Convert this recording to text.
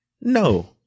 No